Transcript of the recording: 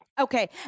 Okay